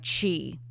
chi